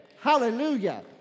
Hallelujah